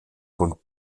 von